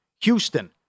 Houston